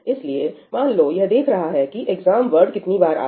इसलिए मान लो यह देख रहा है कि एग्जाम वर्ड कितनी बार आया